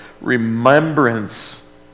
remembrance